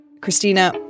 Christina